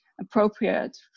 appropriate